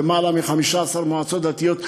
יותר מ-15 מועצות דתיות,